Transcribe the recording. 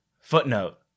footnote